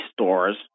stores